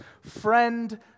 friend